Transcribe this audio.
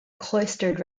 cloistered